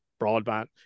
broadband